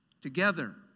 together